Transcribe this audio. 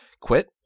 quit